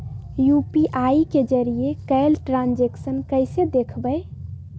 UPI के जरिए कैल ट्रांजेक्शन कैसे देखबै?